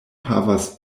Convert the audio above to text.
havas